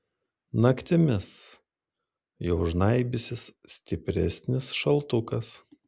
naktimis jau žnaibysis stipresnis šaltukas